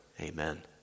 Amen